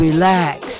Relax